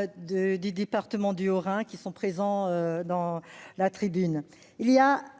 du département du Haut-Rhin qui sont présents dans les tribunes.